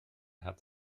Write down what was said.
hat